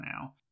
now